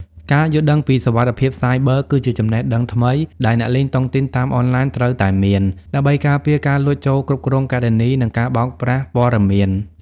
ការយល់ដឹងពី "សុវត្ថិភាពសាយប័រ" គឺជាចំណេះដឹងថ្មីដែលអ្នកលេងតុងទីនតាមអនឡាញត្រូវតែមាន ដើម្បីការពារការលួចចូលគ្រប់គ្រងគណនី និងការបោកប្រាស់ព័ត៌មាន។